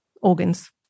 organs